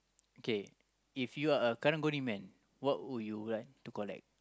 okay if you're a Karang-Guni man what would you like to collect